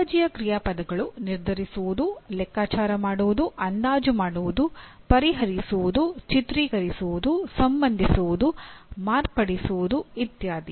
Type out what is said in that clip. ಕಾಳಜಿಯ ಕ್ರಿಯಾಪದಗಳು ನಿರ್ಧರಿಸುವುದು ಲೆಕ್ಕಾಚಾರ ಮಾಡುವುದು ಅಂದಾಜು ಮಾಡುವುದು ಪರಿಹರಿಸುವುದು ಚಿತ್ರೀಕರಿಸುವುದು ಸಂಬಂಧಿಸುವುದು ಮಾರ್ಪಡಿಸುವುದು ಇತ್ಯಾದಿ